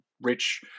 rich